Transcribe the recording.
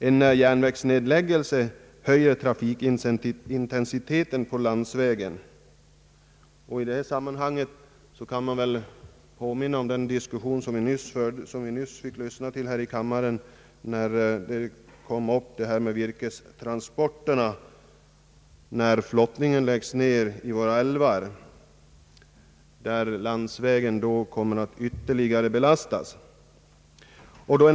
En järnvägsnedläggelse höjer trafikintensiteten på landsvägen, I det sammanhanget vill jag påminna om den diskussion som nyss fördes här i kammaren då virkestransporterna kom på tal. När flottningen i våra älvar läggs ned belastas landsvägarna ytterligare.